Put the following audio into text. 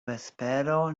vespero